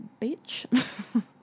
bitch